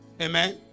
Amen